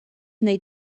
wnei